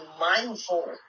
mindful